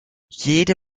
jede